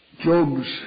Job's